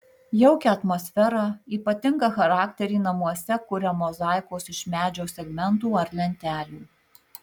jaukią atmosferą ypatingą charakterį namuose kuria mozaikos iš medžio segmentų ar lentelių